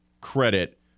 credit